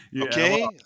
Okay